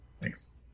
Thanks